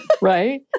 right